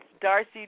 Darcy